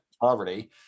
poverty